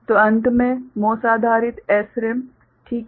तो अंत में MOS आधारित SRAM ठीक है